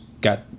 got